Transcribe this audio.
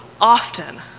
often